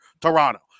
Toronto